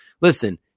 Listen